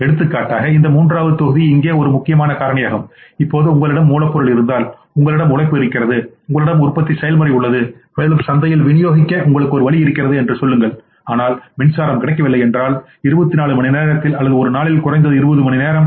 எடுத்துக்காட்டாக இந்த மூன்றாவது தொகுதி இங்கே ஒரு முக்கியமான காரணியாகும் இப்போது உங்களிடம் மூலப்பொருள் இருந்தால் உங்களிடம்உழைப்பு இருக்கிறது உங்களிடம் உற்பத்தி செயல்முறை உள்ளது மேலும் சந்தையில் விநியோகிக்க உங்களுக்கு வழி இருக்கிறது என்று சொல்லுங்கள் ஆனால் மின்சாரம் கிடைக்கவில்லை என்றால் 24 மணிநேரத்தில் அல்லது ஒரு நாளில் குறைந்தது 20 மணிநேரம்